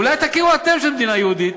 אולי תכירו אתם בכך שזאת מדינה יהודית